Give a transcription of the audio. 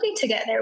together